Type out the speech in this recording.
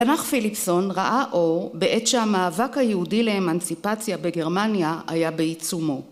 ‫תנ״ך פיליפסון ראה אור בעת שהמאבק ‫היהודי לאמנציפציה בגרמניה היה בעיצומו.